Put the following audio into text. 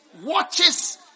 watches